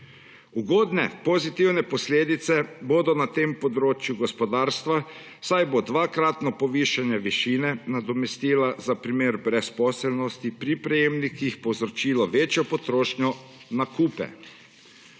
Ugodne pozitivne posledice bodo na tem področju gospodarstva, saj bo dvakratno povišanje višine nadomestila za primer brezposelnosti pri prejemnikih povzročilo večjo potrošnjo, nakupe.